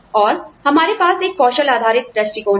और हमारे पास एक कौशल आधारित दृष्टिकोण है